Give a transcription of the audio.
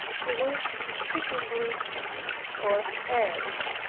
he wished exceedingly for heirs,